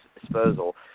disposal